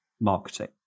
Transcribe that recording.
marketing